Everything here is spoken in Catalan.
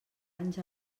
anys